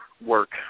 work